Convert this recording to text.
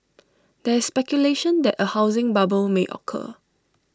there is speculation that A housing bubble may occur